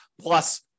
plus